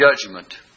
judgment